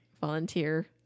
volunteer